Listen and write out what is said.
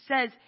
says